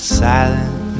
silent